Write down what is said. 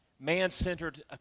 Man-centered